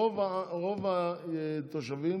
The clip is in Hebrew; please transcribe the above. רוב התושבים